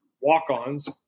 walk-ons